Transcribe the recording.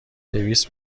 دویست